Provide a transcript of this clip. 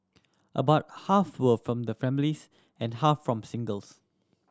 about half were from the families and half from singles